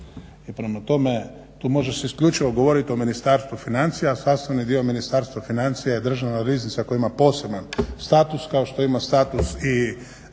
i prema tome tu može se isključivo govoriti o Ministarstvu financija, a sastavni dio Ministarstva financija je Državna riznica koja ima poseban status kao što ima status i